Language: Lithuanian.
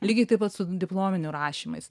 lygiai taip pat su diplominių rašymais